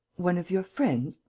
one of your friends?